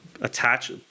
attach –